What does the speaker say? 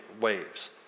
waves